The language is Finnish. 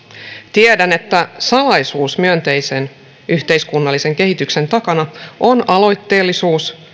tiedän että salaisuus myönteisen yhteiskunnallisen kehityksen takana on aloitteellisuus